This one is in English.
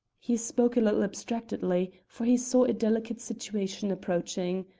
he spoke a little abstractedly, for he saw a delicate situation approaching.